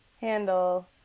handle